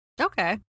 Okay